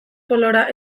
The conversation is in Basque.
polora